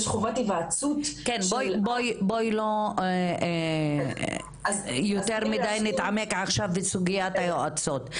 יש חובת היוועצות --- בואי לא נתעמק יותר מדי בסוגיית היועצות.